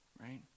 Right